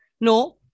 No